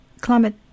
Climate